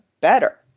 better